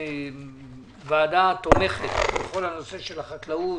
ועדה התומכת בכל נושא החקלאות,